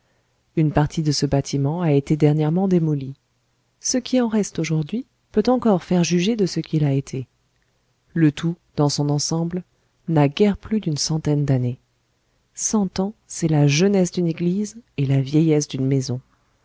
une partie de ce bâtiment a été dernièrement démolie ce qui en reste aujourd'hui peut encore faire juger de ce qu'il a été le tout dans son ensemble n'a guère plus d'une centaine d'années cent ans c'est la jeunesse d'une église et la vieillesse d'une maison